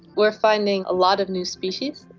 we are finding a lot of new species,